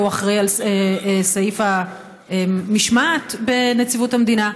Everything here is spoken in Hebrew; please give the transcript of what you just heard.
והוא אחראי לסעיף המשמעת בנציבות המדינה.